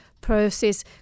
process